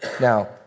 Now